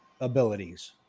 abilities